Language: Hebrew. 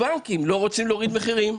בנקים לא רוצים להוריד מחירים.